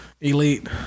elite